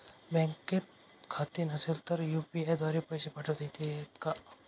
बँकेत खाते नसेल तर यू.पी.आय द्वारे पैसे पाठवता येतात का?